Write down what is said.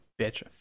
bitch